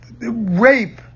rape